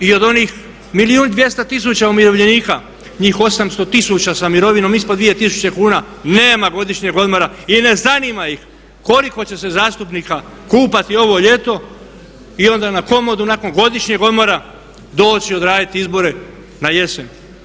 I od onih milijun i 200 tisuća umirovljenika njih 800 tisuća sa mirovinom ispod 2000 kuna nema godišnjeg odmora i ne zanima ih koliko će se zastupnika kupati ovo ljeto i onda na komodu nakon godišnjeg odmora doći i odraditi izbore na jesen.